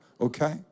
okay